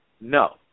No